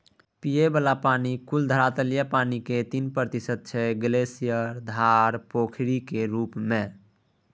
पीबय बला पानि कुल धरातलीय पानिक तीन प्रतिशत छै ग्लासियर, धार, पोखरिक रुप मे